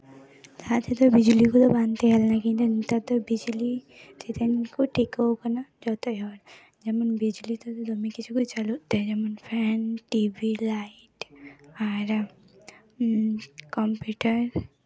ᱞᱟᱦᱟ ᱛᱮᱫᱚ ᱵᱤᱡᱽᱞᱤ ᱫᱚ ᱵᱟᱝ ᱛᱟᱦᱮᱸ ᱞᱮᱱᱟ ᱠᱤᱱᱛᱩ ᱱᱮᱛᱟᱨ ᱫᱤ ᱵᱤᱡᱽᱞᱤ ᱥᱮᱭᱫᱤᱱ ᱠᱷᱚᱱ ᱴᱤᱠᱟᱹᱣ ᱠᱟᱱᱟ ᱡᱚᱛᱚ ᱦᱚᱲ ᱡᱮᱢᱚᱱ ᱵᱤᱡᱽᱞᱤ ᱛᱮᱫᱚ ᱫᱚᱢᱮ ᱠᱤᱪᱷᱩ ᱜᱮ ᱪᱟᱹᱞᱩᱜ ᱛᱮ ᱡᱮᱢᱚᱱ ᱯᱷᱮᱱ ᱴᱤᱵᱷᱤ ᱞᱟᱭᱤᱴ ᱟᱨ ᱠᱚᱢᱯᱤᱭᱩᱴᱟᱨ